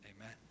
Amen